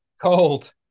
Cold